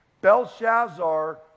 Belshazzar